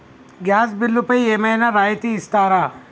Gas బిల్లుపై ఏమైనా రాయితీ ఇస్తారా?